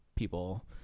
people